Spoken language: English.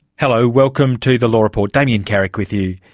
hello, welcome to the law report, damien carrick with you.